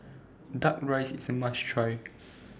Duck Rice IS A must Try